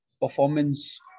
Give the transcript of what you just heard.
performance